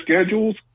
schedules